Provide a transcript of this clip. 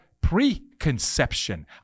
pre-conception